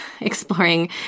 exploring